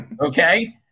Okay